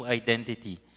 identity